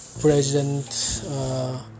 President